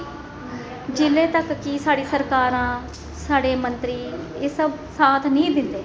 जिसलै तक्कर साढ़ी सरकार जां साढ़े मंत्री एह् सब साथ नेईं दिंदे